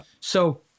So-